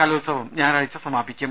കലോത്സവം ഞായറാഴ്ച്ച സമാപിക്കും